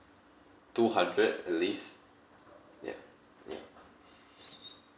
two hundred at least ya ya